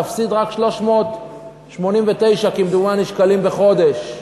תפסיד כמדומני רק 389 שקלים בחודש.